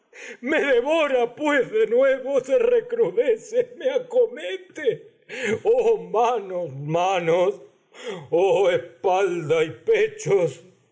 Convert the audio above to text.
me devora pues de nue se recrudece me acomete y oh manos manos oh espalda llos que pechos